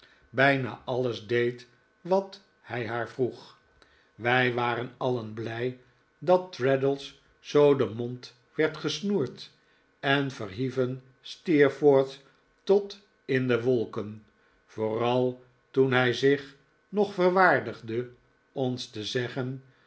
bijna alles deed wat hij haar vroeg wij waren alien blij dat traddles zoo den mond werd gesnoerd en verhieven steerforth tot in de wolkenj vooral toen hij zich nog verwaardigde ons te zeggen